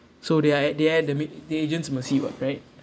so they're at they're at the their agent's mercy what right